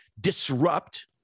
disrupt